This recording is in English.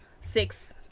six